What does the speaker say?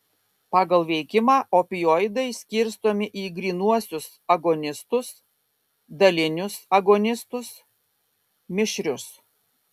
pagal veikimą opioidai skirstomi į grynuosius agonistus dalinius agonistus mišrius